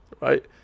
right